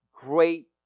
great